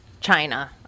China